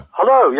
Hello